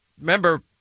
remember